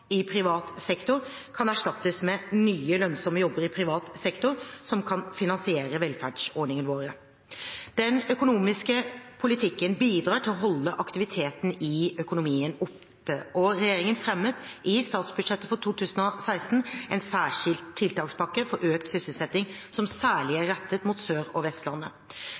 i privat sektor kan erstattes med nye og lønnsomme jobber i privat sektor som kan finansiere velferdsordningene våre. Den økonomiske politikken bidrar til å holde aktiviteten i økonomien oppe. Regjeringen fremmet i statsbudsjettet for 2016 en særskilt tiltakspakke for økt sysselsetting som særlig er rettet mot Sørlandet og Vestlandet.